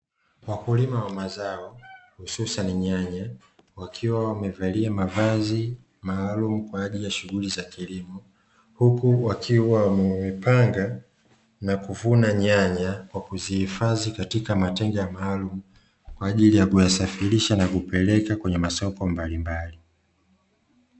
Wakulima wa mazao hususani nyanya wakiwa wamevalia mavazi maalumu kwa ajili ya shughuli za kilimo. Huku wakiwa wamepanga na kuvuna nyanya kwa kuzihifadhi katika matenga maalumu kwa ajili ya kuyasafirisha na kupeleka kwenye masoko mbalimbali.